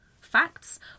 facts